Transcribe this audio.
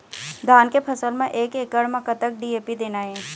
धान के फसल म एक एकड़ म कतक डी.ए.पी देना ये?